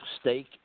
stake